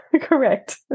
Correct